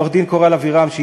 לעורכת-דין קורל אבירם,